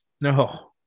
No